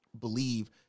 believe